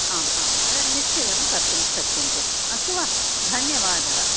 आम् आं निश्चयं कर्तुं शक्यन्ते अस्तु वा धन्यवादः